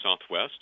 Southwest